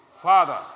Father